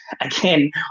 again